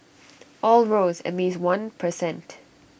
all rose at least one per cent